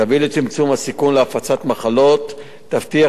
תביא לצמצום הסיכון להפצת מחלות ותבטיח